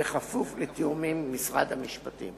בכפוף לתיאומים עם משרד המשפטים.